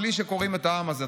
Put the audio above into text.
בלי שקורעים את העם הזה.